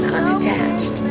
unattached